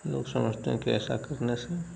लोग समझते हैं कि ऐसा करने से